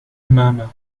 murmur